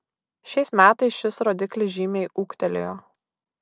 šiais metais šis rodiklis žymiai ūgtelėjo